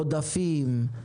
עודפים,